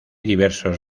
diversos